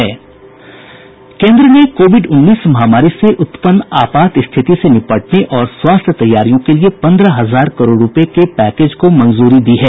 केन्द्र ने कोविड उन्नीस महामारी से उत्पन्न आपात स्थिति से निपटने और स्वास्थ्य तैयारियों के लिए पन्द्रह हजार करोड़ रुपये के पैकेज को मंजूरी दी है